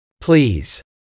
Please